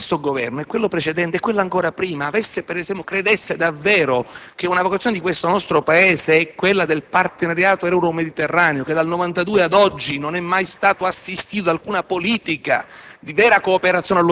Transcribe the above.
Se questo Governo, quello precedente, quello ancora prima, crede davvero che una vocazione di questo nostro Paese sia quella del partenariato euromediterraneo (che dal 1992 ad oggi non è mai stato assistito da alcuna politica